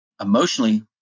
emotionally